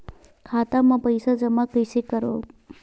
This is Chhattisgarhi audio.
खाता म पईसा जमा कइसे करव?